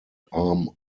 arm